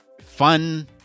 fun